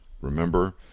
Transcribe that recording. Remember